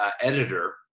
editor